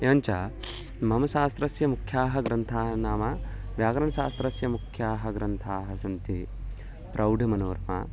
एवञ्च मम शास्त्रस्य मुख्याः ग्रन्थाः नाम व्याकरणशास्त्रस्य मुख्याः ग्रन्थाः सन्ति प्रौढमनोरमा